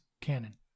canon